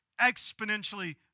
exponentially